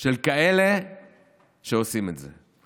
של כאלה שעושים את זה.